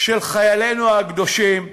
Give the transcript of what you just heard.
של חיילינו הקדושים,